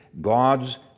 God's